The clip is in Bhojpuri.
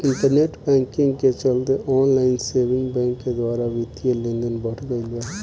इंटरनेट बैंकिंग के चलते ऑनलाइन सेविंग बैंक के द्वारा बित्तीय लेनदेन बढ़ गईल बा